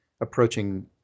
approaching